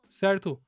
certo